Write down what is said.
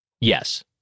Yes